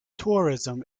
tourism